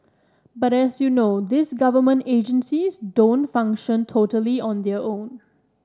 but as you know these government agencies don't function totally on their own